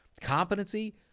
Competency